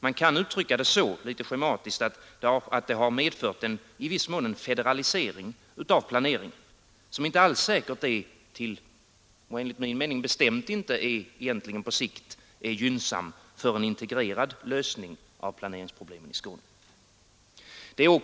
Man kan litet schematiskt uttrycka det så, att det i viss mån medfört en federalisering av planeringen, något som inte alls säkert och enligt min mening bestämt inte på sikt är gynnsam för en integrerad lösning av planeringsproblemen i Skåne.